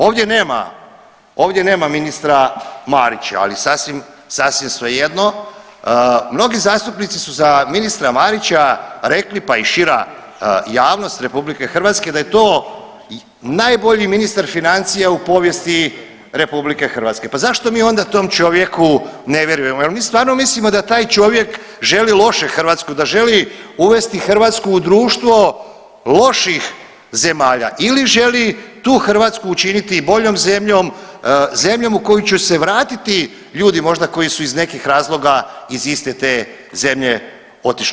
Ovdje nema, ovdje nema ministra Marića, ali sasvim, sasvim svejedno, mnogi zastupnici su za ministra Marića rekli, pa i šira javnost RH da je to najbolji ministar financija u povijesti RH, pa zašto mi onda tom čovjeku ne vjerujemo, jel mi stvarno mislimo da taj čovjek želi loše Hrvatskoj, da želi uvesti Hrvatsku u društvo loših zemalja ili želi tu Hrvatsku učiniti boljom zemljom, zemljom u koju će se vratiti ljudi možda koji su iz nekih razloga iz iste te zemlje otišli.